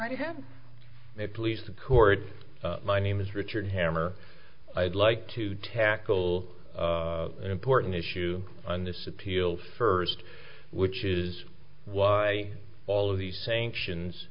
right have it please the court my name is richard hammer i'd like to tackle an important issue on this appeal first which is why all of these sanctions